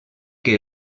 que